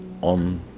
on